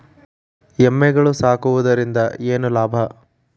ಎಮ್ಮಿಗಳು ಸಾಕುವುದರಿಂದ ಏನು ಲಾಭ?